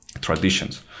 traditions